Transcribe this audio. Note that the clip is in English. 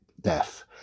death